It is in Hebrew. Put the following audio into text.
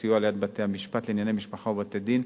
הסיוע ליד בתי-המשפט לענייני משפחה ובתי-הדין,